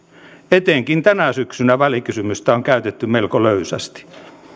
etenkin tänä syksynä välikysymystä on käytetty melko löysästi